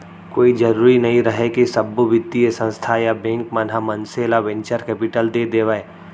कोई जरुरी नइ रहय के सब्बो बित्तीय संस्था या बेंक मन ह मनसे ल वेंचर कैपिलट दे देवय